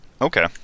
Okay